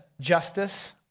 justice